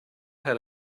had